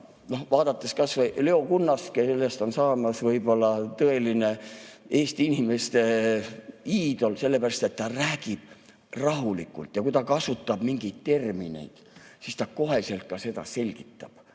Vaadake kas või Leo Kunnast, kellest on saamas võib-olla tõeline Eesti inimeste iidol, sellepärast et ta räägib rahulikult ja kui ta kasutab mingit terminit, siis ta kohe ka selgitab.